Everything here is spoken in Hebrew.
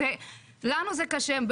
לנו זה קשה.